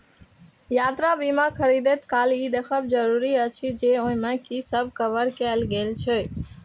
यात्रा बीमा खरीदै काल ई देखब जरूरी अछि जे ओइ मे की सब कवर कैल गेल छै